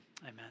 amen